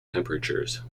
temperatures